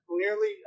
clearly